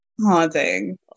Haunting